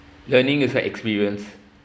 learning is a experience